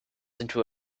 into